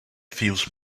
fuse